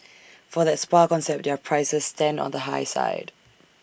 for that spa concept their prices stand on the high side